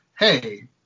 hey